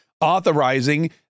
authorizing